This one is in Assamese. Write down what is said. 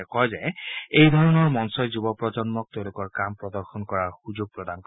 তেওঁ কয় যে এইধৰণৰ মঞ্চই যুৱ প্ৰজন্মক তেওঁলোকৰ কামৰ প্ৰদৰ্শন কৰাৰ সূযোগ প্ৰদান কৰে